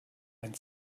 meint